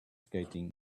skating